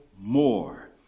more